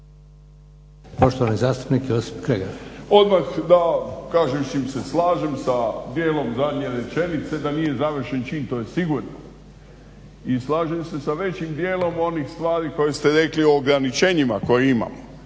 **Kregar, Josip (Nezavisni)** Odmah da kažem s čim se slažem, sa dijelom zadnje rečenice da nije završen čin to je sigurno. I slažem se sa većim dijelom onih stvari koje ste rekli o ograničenjima koje imamo,